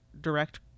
direct